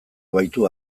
baitu